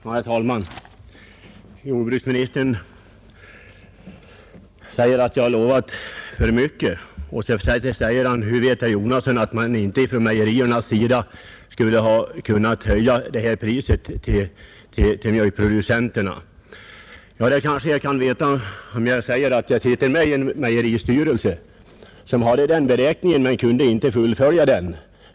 Herr talman! Jordbruksministern säger att jag har lovat för mycket, och han frågar hur jag vet att mejerierna inte skulle ha kunnat höja priset till mjölkproducenterna. Det kanske jag kan veta eftersom jag sitter med i en mejeristyrelse som hade en sådan beräkning men inte kunde fullfölja den.